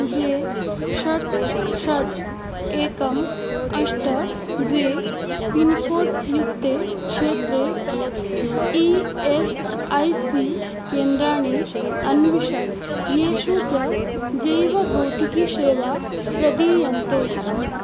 द्वे षट् षट् एकम् अष्ट द्वे पिन्कोड् युक्ते क्षेत्रे ई एस् ऐ सी केन्द्राणि अन्विष येषु च जैवभौतिकोसेवाः प्रदीयन्ते